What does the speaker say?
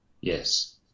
yes